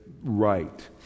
right